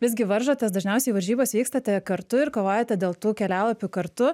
visgi varžotės dažniausiai į varžybas vykstate kartu ir kovojate dėl tų kelialapių kartu